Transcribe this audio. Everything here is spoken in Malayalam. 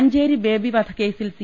അഞ്ചേരി ബേബി വധക്കേസിൽ സി